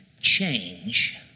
change